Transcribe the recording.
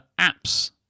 apps